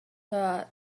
her